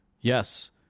Yes